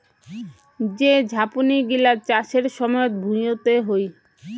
যে ঝাপনি গিলা চাষের সময়ত ভুঁইতে হই